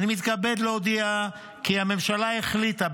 אני מתכבד להודיע כי הממשלה החליטה,